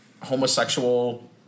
homosexual